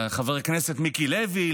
לחבר הכנסת מיקי לוי,